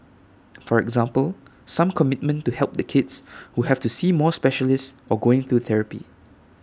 for example some commitment to help the kids who have to see more specialists or going to therapy